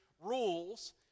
rules